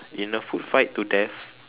in a food fight to death